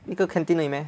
一个 canteen 而已 meh